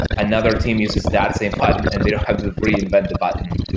another team uses that same button and they don't have to reinvent the button.